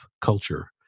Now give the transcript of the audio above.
culture